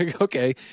Okay